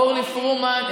אורלי פרומן,